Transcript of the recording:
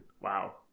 Wow